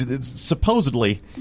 supposedly